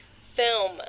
film